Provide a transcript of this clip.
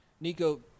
Nico